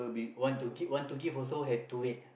want to give want to give also have to wait